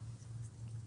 כן.